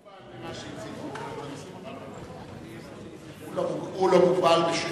הוא לא מוגבל, הוא לא מוגבל.